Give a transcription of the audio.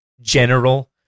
general